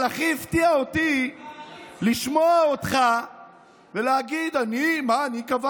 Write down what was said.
אבל הכי הפתיע אותי לשמוע אותך אומר: אני?